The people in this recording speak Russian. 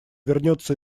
вернется